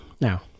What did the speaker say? now